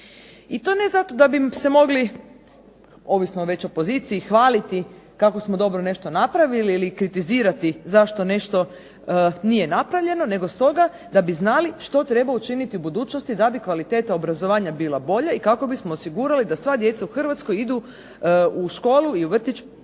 I to ne zato da bi se mogli, ovisno već o poziciji, hvaliti kako smo dobro nešto napravili ili kritizirati zašto nešto nije napravljeno nego stoga da bi znali što treba učiniti u budućnosti da bi kvaliteta obrazovanja bila bolja i kako bismo osigurali da sva djeca u Hrvatskoj idu u školu i u vrtić